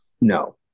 no